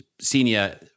senior